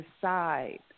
decide